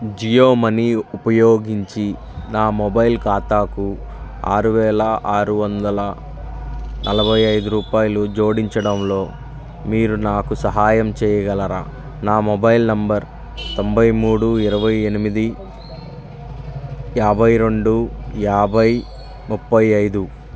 Jio money ఉపయోగించి నా mobile ఖాతాకు ఆరు వేల ఆరువందల నలభై ఐదు రూపాయలు జోడించడంలో మీరు నాకు సహాయం చేయగలరా నా మొబైల్ నెంబర్ తొంభై మూడు ఇరవై ఎనిమిది యాభై రెండు యాభై ముప్పై ఐదు